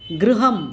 गृहम्